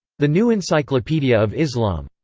the new encyclopedia of islam.